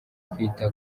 kwita